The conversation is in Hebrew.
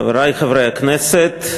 חברי חברי הכנסת,